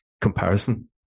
comparison